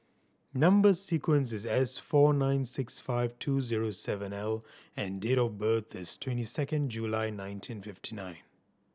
number sequence is S four nine six five two zero seven L and date of birth is twenty second July nineteen fifty nine